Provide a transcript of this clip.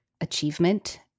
achievement